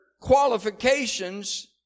qualifications